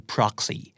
Proxy